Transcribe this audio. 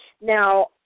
now